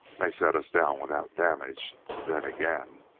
may set us down without damage then again